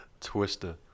Twister